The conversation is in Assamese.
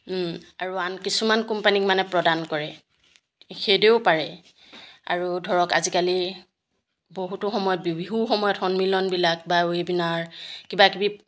আৰু আন কিছুমান কোম্পানীক মানে প্ৰদান কৰে সেইদৰেও পাৰে আৰু ধৰক আজিকালি বহুতো সময়ত বিহু সময়ত সন্মিলনবিলাক বা এইবিলাক কিবাকিবি